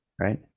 right